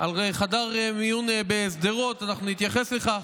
על חדר מיון בשדרות נתייחס לכך,